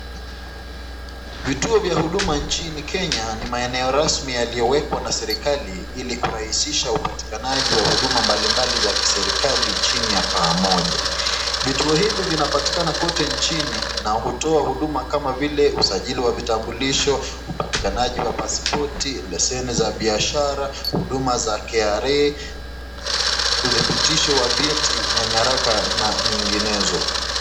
Vituo za huduma kenya ni maeneo rasmi yaliyo wekwa na serekali ili kurahisisha upatikanaji wa huduma mbalimbali za kiserekali chini ya pamoja. Vituo hivi vinapatikana kote nchini na hutoa huduma kama vile usajili wa vitambulisho, upatikanaji wa pasipoti, leseni za biashara, huduma za KRA, udhibitisho wa vyeti na nyaraka na nyinginezo.